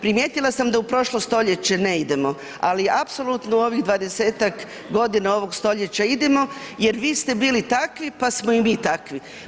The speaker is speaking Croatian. Primijetila sam da u prošlo stoljeće ne idemo, ali apsolutno u ovih dvadesetak godina ovog stoljeća idemo jer vi ste bili takvi pa smo i mi takvi.